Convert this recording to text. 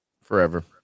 forever